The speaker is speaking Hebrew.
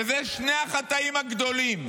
ואלה שני החטאים הגדולים: